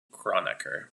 kronecker